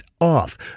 off